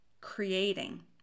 creating